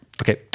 Okay